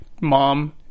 Mom